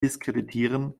diskreditieren